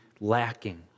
lacking